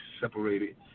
separated